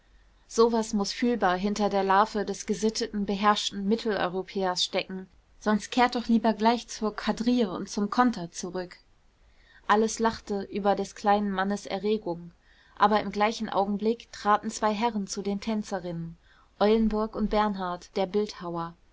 so was muß fühlbar hinter der larve des gesitteten beherrschten mitteleuropäers stecken sonst kehrt doch lieber gleich zur quadrille und zum konter zurück alles lachte über des kleinen mannes erregung aber im gleichen augenblick traten zwei herren zu den tänzerinnen eulenburg und bernhard der bildhauer